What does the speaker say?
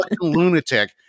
lunatic